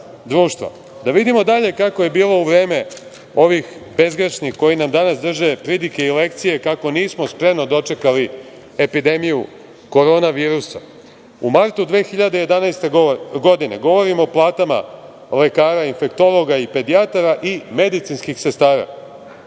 vidimo dalje kako je bilo u vreme ovih bezgrešnih koji nam danas drže pridike i lekcije kako nismo spremno dočekali epidemiju Koronavirusa?U martu 2011. godine, govorim o platama lekara infektologa i pedijatara i medicinskih sestara,